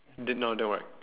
didn't no didn't work